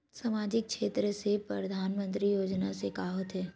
सामजिक क्षेत्र से परधानमंतरी योजना से का होथे?